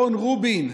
רון רובין,